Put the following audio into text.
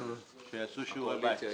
שיעשו שיעורי בית.